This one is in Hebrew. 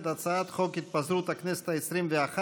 הצעת חוק התפזרות הכנסת העשרים-ואחת,